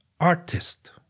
artist